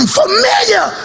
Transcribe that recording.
familiar